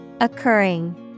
Occurring